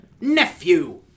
Nephew